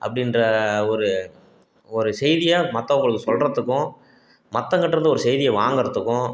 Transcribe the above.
அப்படின்ற ஒரு ஒரு செய்தியை மற்றவங்களுக்கு சொல்கிறதுக்கு மற்றவங்ககிட்ட இருந்து ஒரு செய்தியை வாங்குகிறதுக்கும்